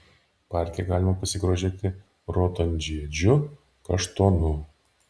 parke galima pasigrožėti raudonžiedžiu kaštonu